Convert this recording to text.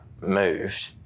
moved